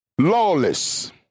Lawless